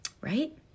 Right